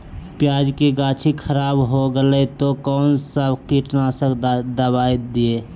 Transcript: प्याज की गाछी खराब हो गया तो कौन सा कीटनाशक दवाएं दे?